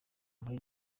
muri